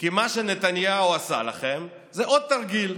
כי מה שנתניהו עשה לכם זה עוד תרגיל.